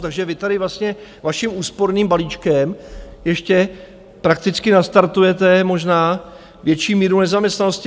Takže vy tady vlastně vaším úsporným balíčkem ještě prakticky nastartujete možná větší míru nezaměstnanosti.